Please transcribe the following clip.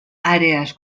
àrees